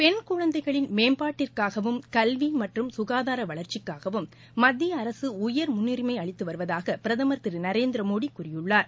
பெண்குழந்தைகளின் மேம்பாட்டிற்காகவும் கல்வி மற்றும் ககாதார வளர்ச்சிக்காகவும் மத்திய அரசு உயர் முன்னுரிமை அளித்து வருவதாக பிரதமர் திரு நரேந்திரமோடி கூறியுள்ளார்